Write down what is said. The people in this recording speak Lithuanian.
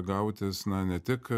gautis na ne tik